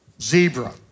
zebra